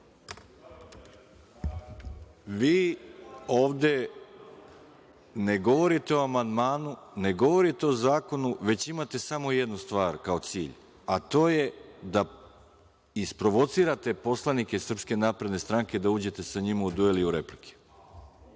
vi ovde ne govorite o amandmanu, ne govorite o zakonu, već imate samo jednu stvar kao cilj, a to je da isprovocirate poslanike SNS da uđete sa njima u duel i u replike.